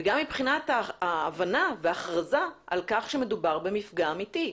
וגם מבחינת ההבנה וההכרזה על כך שמדובר במפגע אמיתי.